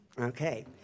Okay